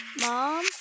mom